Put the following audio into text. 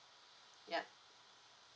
yup